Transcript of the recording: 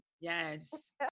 Yes